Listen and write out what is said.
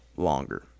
longer